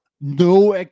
No